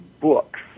books